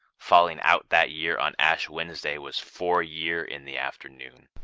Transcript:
falling out that year on ash-wednesday was four year in the afternoon.